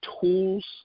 tools